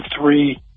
three